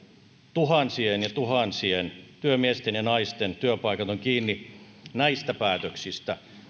tuhansien ja tuhansien työmiesten ja naisten työpaikat ovat kiinni näistä päätöksistä